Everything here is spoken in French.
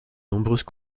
nombreuses